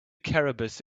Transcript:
caribous